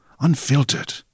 unfiltered